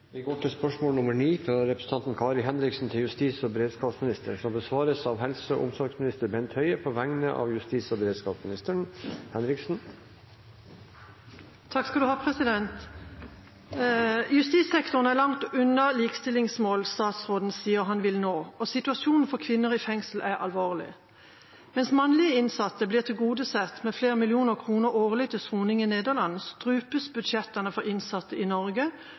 fra representanten Kari Henriksen til justis- og beredskapsministeren, vil bli besvart av helse- og omsorgsministeren på vegne av justis- og beredskapsministeren, som er bortreist. «Justissektoren er langt unna likestillingsmål statsråden sier han vil nå, og situasjonen for kvinner i fengsel er alvorlig. Mens mannlige innsatte blir tilgodesett med flere millioner kroner årlig til soning i Nederland, strupes budsjettene for innsatte i Norge,